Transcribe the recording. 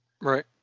Right